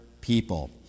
people